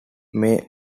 may